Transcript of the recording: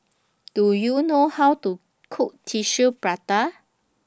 Do YOU know How to Cook Tissue Prata